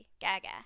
Gaga